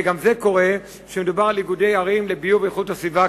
וזה קורה כשמדובר על איגודי ערים לביוב ואיכות הסביבה,